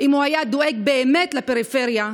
אם הוא היה דואג באמת לפריפריה,